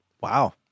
Wow